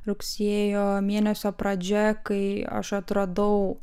rugsėjo mėnesio pradžia kai aš atradau